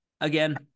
again